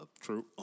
True